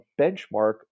benchmark